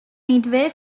midway